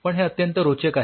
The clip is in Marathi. पण हे अत्यंत रोचक आहे